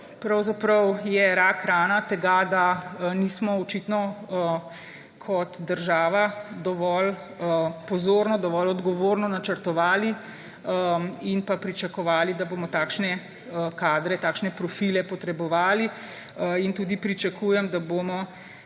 pravzaprav je rakrana tega, da nismo očitno kot država dovolj pozorno, dovolj odgovorno načrtovali in pa pričakovali, da bomo takšne kadre, takšne profile potrebovali. In tudi pričakujem, da bomo